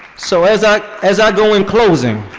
so as ah as i go in closing,